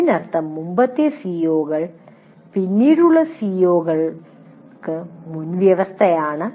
അതിനർത്ഥം മുമ്പത്തെ സിഒകൾ പിന്നീടുള്ള സിഒഎകൾക്ക് മുൻവ്യവസ്ഥയാണ്